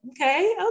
okay